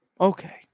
Okay